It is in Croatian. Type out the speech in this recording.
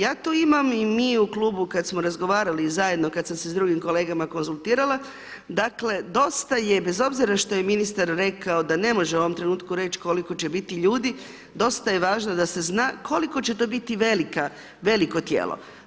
Ja tu imam i mi u klubu kada smo razgovarali i zajedno kad sam se s drugim kolegama konzultirala dakle dosta je, bez obzira što je ministar rekao da ne može u ovom trenutku reći koliko će biti ljudi, dosta je važno da se zna koliko će to biti veliko tijelo.